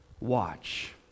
watch